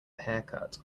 haircut